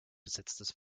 besetztes